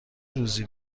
روزی